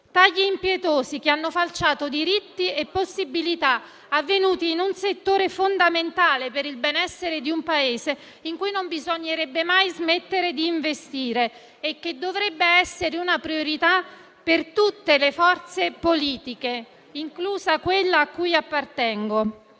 Tagli impietosi, che hanno falciato diritti e possibilità, avvenuti in un settore fondamentale per il benessere di un Paese, nel quale non bisognerebbe mai smettere di investire e che dovrebbe essere una priorità per tutte le forze politiche, inclusa quella cui appartengo.